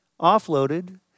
offloaded